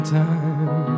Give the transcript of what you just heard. time